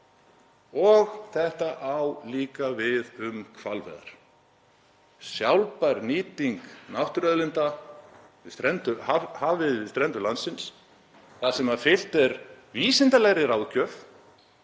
Og þetta á líka við um hvalveiðar. Sjálfbær nýting náttúruauðlinda í hafinu við strendur landsins þar sem fylgt er vísindalegri ráðgjöf